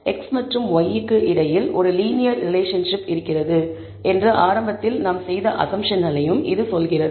x மற்றும் y க்கு இடையில் ஒரு லீனியர் ரெலேஷன்ஷிப் இருக்கிறது என்று ஆரம்பத்தில் நாம் செய்த அஸம்ப்ஷன்களையும் இது சொல்கிறது